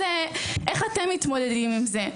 איך אתם מתמודדים עם זה.